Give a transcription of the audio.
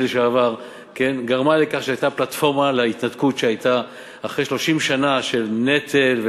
לשעבר גרם לכך שהייתה פלטפורמה להתנתקות שהייתה אחרי 30 שנה של נטל,